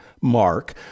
mark